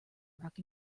rock